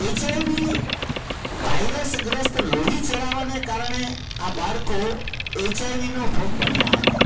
HIV virus ગ્રસ્થ લોહી ચડાવાને કારણે આ બાળકો એચઆઈવી નો ભોગ બન્યા હતાં